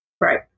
Right